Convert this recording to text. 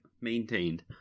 maintained